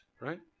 right